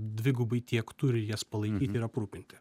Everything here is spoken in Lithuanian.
dvigubai tiek turi jas palaikyti ir aprūpinti